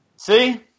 See